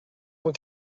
cent